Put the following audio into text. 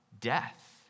death